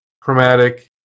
chromatic